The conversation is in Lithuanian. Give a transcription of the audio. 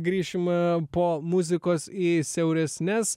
grįšim po muzikos į siauresnes